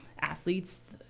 athletes